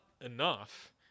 enough